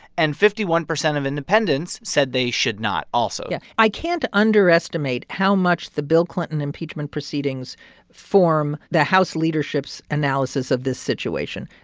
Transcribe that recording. and fifty one percent of independents said they should not also yeah. i can't underestimate how much the bill clinton impeachment proceedings form the house leadership's analysis of this situation.